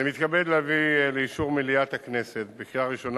אני מתכבד להביא לאישור מליאת הכנסת בקריאה ראשונה